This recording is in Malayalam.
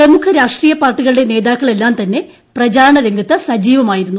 പ്രമുഖ രാഷ്ട്രീയ പാർട്ടികളുടെ നേതാക്കളെല്ലാം തന്നെ പ്രചാരണ രംഗത്ത് സജ്ജിവമായിരുന്നു